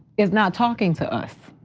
is not talking to us,